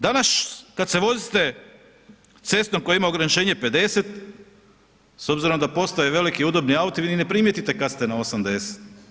Danas kada se vozite cestom koja ima ograničenje 50 s obzirom da postoje veliki udobni auti vi ni ne primijetite kada ste na 80.